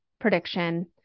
prediction